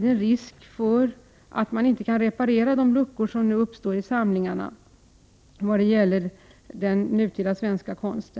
det en risk för att man inte kan fylla de luckor som uppstår i samlingarna vad gäller nutida svensk konst.